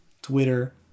Twitter